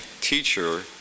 teacher